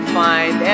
find